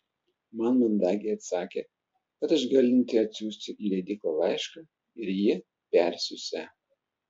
man mandagiai atsakė kad aš galinti atsiųsti į leidyklą laišką ir jie persiųsią